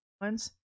ones